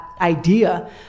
idea